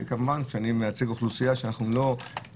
כמובן שאני מייצג אוכלוסייה שבשבילנו